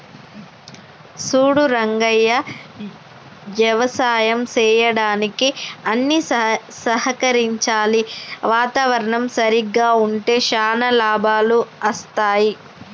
సూడు రంగయ్య యవసాయం సెయ్యడానికి అన్ని సహకరించాలి వాతావరణం సరిగ్గా ఉంటే శానా లాభాలు అస్తాయి